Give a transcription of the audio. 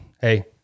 Hey